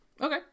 Okay